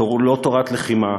ללא תורת לחימה,